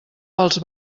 pels